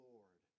Lord